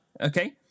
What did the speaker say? okay